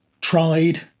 tried